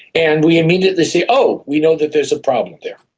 and we immediately say, oh, we know that there's a problem there.